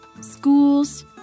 schools